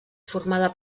formada